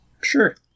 Sure